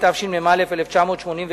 התשמ"א 1981,